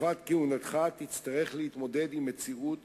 בתקופת כהונתך תצטרך להתמודד עם מציאות